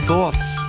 Thoughts